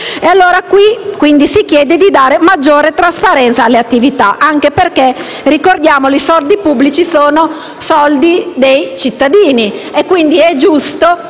si chiede di dare maggiore trasparenza alle attività, anche perché ricordo che quelli pubblici sono soldi dei cittadini e, quindi, è giusto